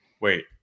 wait